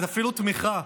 ואפילו תמיכה,